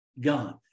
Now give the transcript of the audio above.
God